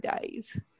days